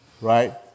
right